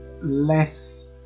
less